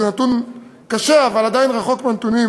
זה נתון קשה, אבל עדיין רחוק מהנתונים